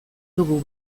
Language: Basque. dugu